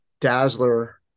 Dazzler